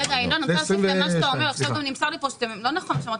עכשיו נמסר לי פה שלא נכון מה שאמרת